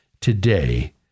today